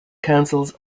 councils